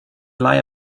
lie